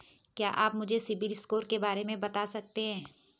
क्या आप मुझे सिबिल स्कोर के बारे में बता सकते हैं?